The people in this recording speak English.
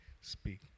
speak